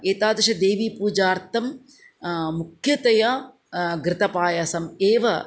एतादृश देवी पूजार्थं मुख्यतया घृतपायसम् एव